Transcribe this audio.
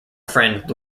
friend